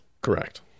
Correct